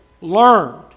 learned